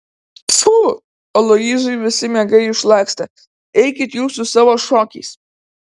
pfu aloyzui visi miegai išlakstė eikit jūs su savo šokiais